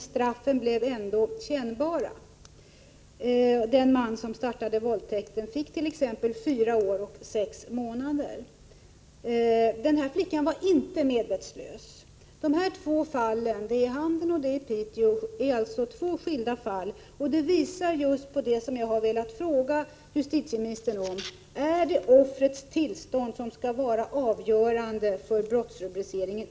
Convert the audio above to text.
Straffen blev ändå kännbara. Den man som startade våldtäkten fick t.ex. fyra år och sex månader. Den här flickan var inte medvetslös. De här två fallen, det i Handen och det i Piteå, är alltså två skilda fall, och de visar just på det jag har velat fråga justitieministern om: Är det offrets tillstånd som skall vara avgörande för brottsrubriceringen?